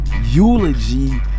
eulogy